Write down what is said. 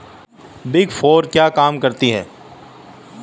Big four क्या काम करती है?